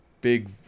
big